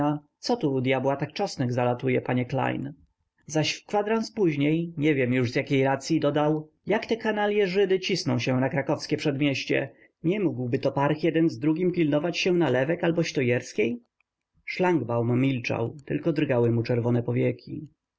klejna co tu u dyabła tak czosnek zalatuje panie klejn zaś w kwadrans później nie wiem już z jakiej racyi dodał jak te kanalje żydy cisną się na krakowskie przedmieście nie mógłby to parch jeden z drugim pilnować się nalewek albo śto-jerskiej szlangbaum milczał tylko drgały mu czerwone powieki